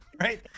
Right